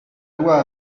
loi